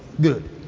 good